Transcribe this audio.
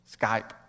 Skype